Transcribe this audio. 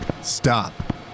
stop